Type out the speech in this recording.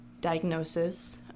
diagnosis